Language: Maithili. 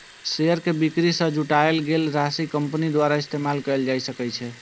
शेयर के बिक्री सं जुटायल गेल राशि कंपनी द्वारा इस्तेमाल कैल जा सकै छै